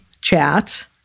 chat